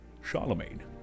Charlemagne